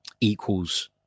equals